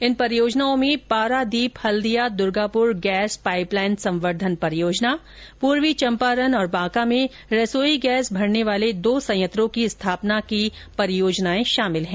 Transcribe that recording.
इन परियोजनाओं में Paradip Haldia Durgapur gas pipeline संवर्धन परियोजना पूर्वी चम्पारन और बांका में रसोई गैस भरने वाले दो संयंत्रों की स्थापना की परियोजनाएं शामिल हैं